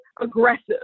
aggressive